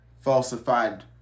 falsified